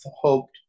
hoped